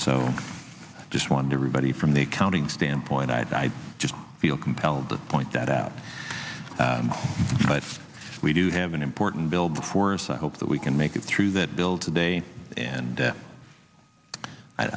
i just wanted everybody from the accounting standpoint i just feel compelled to point that out but we do have an important bill before us i hope that we can make it through that bill today and